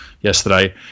yesterday